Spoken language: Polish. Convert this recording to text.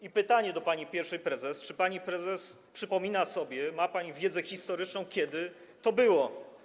I pytanie do pani pierwszej prezes: Czy pani prezes przypomina sobie, czy ma pani wiedzę historyczną, kiedy to było?